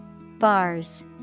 Bars